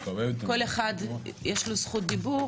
לכל אחד יש זכות דיבור,